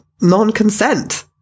non-consent